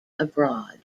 abroad